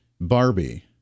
barbie